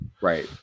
right